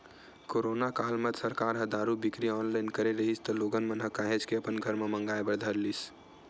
corona काल म सरकार ह दारू के बिक्री ल ऑनलाइन करे रिहिस त लोगन मन ह काहेच के अपन घर म मंगाय बर धर लिस